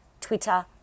Twitter